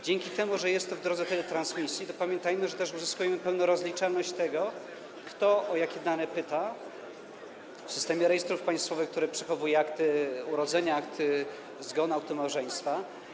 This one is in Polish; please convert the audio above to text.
Dzięki temu, że jest to w drodze teletransmisji, pamiętajmy, że uzyskujemy też pełną rozliczalność tego, kto o jakie dane pyta w systemie rejestrów państwowych, który przechowuje akty urodzenia, akty zgonu, akty małżeństwa.